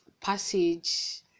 passage